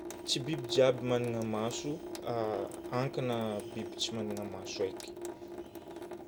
Tsy biby jiaby magnana maso. Hankagna biby tsy magnana maso haiky.